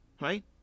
right